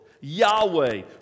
Yahweh